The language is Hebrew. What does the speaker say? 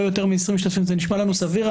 לא יותר מ-20 משתתפים נשמע לנו סביר.